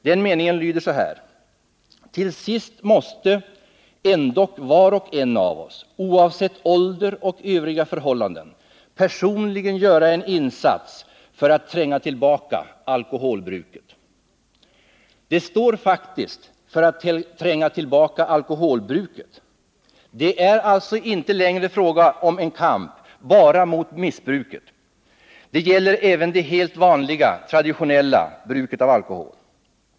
Den meningen lyder så här: ”Till sist måste ändock var och en av oss, oavsett ålder och övriga förhållanden, personligen göra en insats för att tränga tillbaka alkoholbruket.” Det står faktiskt ”för att tränga tillbaka alkoholbruket”. Det är alltså inte längre fråga om en kamp bara mot missbruket. Det gäller även det helt vanliga, traditionella bruket av alkohol.